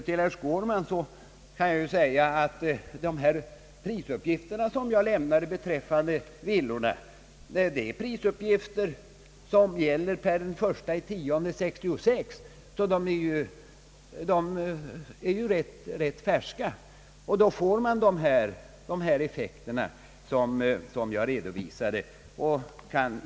Till herr Skårman kan jag säga att de prisuppgifter som jag lämnade beträffande villorna gäller per den 1 oktober 1966 och alltså är rätt färska. Man får då de effekter som jag redovisade.